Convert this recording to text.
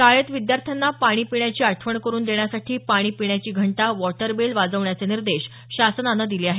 शाळेत विद्यार्थ्यांना पाणी पिण्याची आठवण करून देण्यासाठी पाणी पिण्याची घंटा वॉटरबेल वाजवण्याचे निर्देश शासनानं दिले आहेत